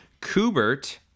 Kubert